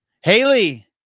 Haley